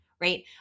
right